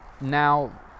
now